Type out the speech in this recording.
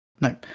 No